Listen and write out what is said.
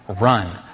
run